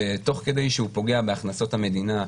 ותוך כדי שהוא פוגע בהכנסות המדינה,